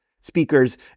speakers